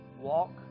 Walk